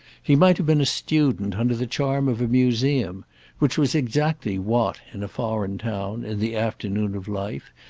he might have been a student under the charm of a museum which was exactly what, in a foreign town, in the afternoon of life,